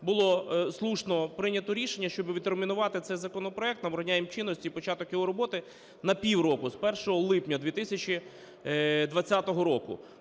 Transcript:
було слушно прийнято рішення, щоби відтермінувати цей законопроект, набрання їм чинності і початок його роботи на півроку, з 1 липня 2020 року.